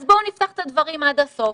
אז בואו ניפתח את הדברים עד הסוף.